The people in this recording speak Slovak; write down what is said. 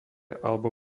alebo